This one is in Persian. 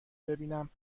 ببینیم